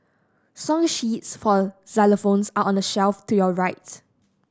song sheets for xylophones are on the shelf to your rights